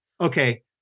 Okay